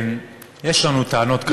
יש לנו טענות קשות,